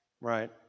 right